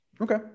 Okay